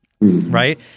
right